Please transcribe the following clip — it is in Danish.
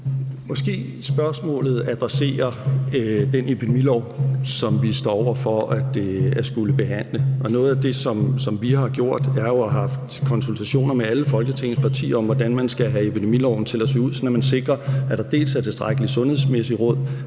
Måske spørgsmålet adresserer den epidemilov, som vi står over for at skulle behandle, og noget af det, som vi har gjort, er jo at have haft konsultationer med alle Folketingets partier om, hvordan man skal have epidemiloven til at se ud, sådan at man sikrer, at der er tilstrækkelig sundhedsmæssigt råd,